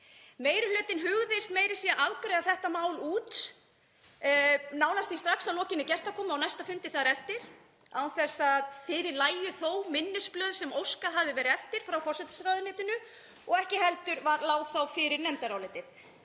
Meiri hlutinn hugðist meira að segja afgreiða þetta mál út nánast strax að lokinni gestakomu á næsta fundi þar eftir án þess að fyrir lægju þó minnisblöð sem óskað hafði verið eftir frá forsætisráðuneytinu og ekki heldur lá þá fyrir nefndarálitið